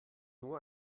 nur